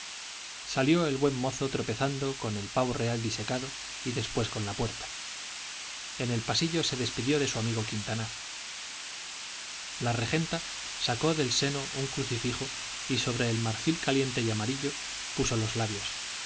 salió el buen mozo tropezando con el pavo real disecado y después con la puerta en el pasillo se despidió de su amigo quintanar la regenta sacó del seno un crucifijo y sobre el marfil caliente y amarillo puso los labios